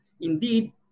indeed